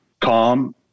calm